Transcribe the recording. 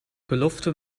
belofte